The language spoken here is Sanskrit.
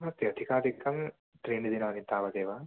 नास्ति अधिकादिकं त्रीणि दिनानि तावदेव